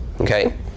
okay